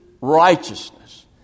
righteousness